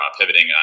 pivoting